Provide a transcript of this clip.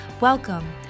Welcome